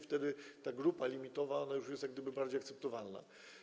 Wtedy ta grupa limitowa już jest jak gdyby bardziej akceptowalna.